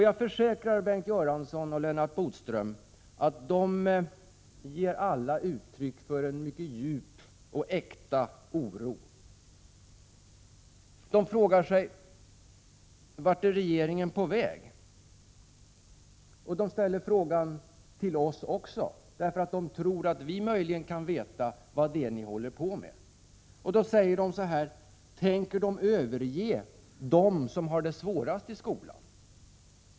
Jag försäkrar Bengt Göransson och Lennart Bodström att de alla ger uttryck för en mycket djup och äkta oro. De frågar sig: Vart är regeringen på väg? De ställer också följande fråga till oss, därför att de tror att vi möjligen kan veta vad regeringen håller på med: Tänker regeringen överge dem som har det svårast i skolan?